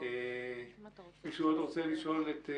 אני מנסה להבין,